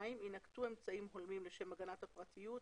יינקטו אמצעים הולמים לשם הגנת הפרטיות,